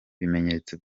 ibimenyetso